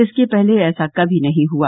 इसके पहले ऐसा कभी नहीं हुआ